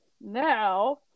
now